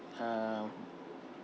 uh